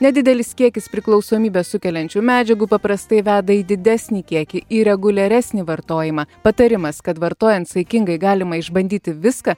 nedidelis kiekis priklausomybę sukeliančių medžiagų paprastai veda į didesnį kiekį į reguliaresnį vartojimą patarimas kad vartojant saikingai galima išbandyti viską